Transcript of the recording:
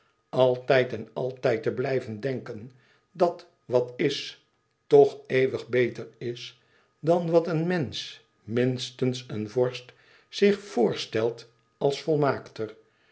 altijd en altijd te blijven denken dat wat is tch eeuwig beter is dan wat een mensch minstens een vorst zich voorstelt als volmaakter